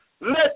Let